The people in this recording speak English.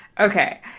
Okay